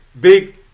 big